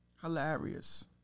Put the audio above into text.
Hilarious